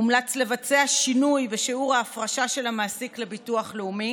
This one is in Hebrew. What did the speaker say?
מומלץ לבצע שינוי בשיעור ההפרשה של המעסיק לביטוח לאומי.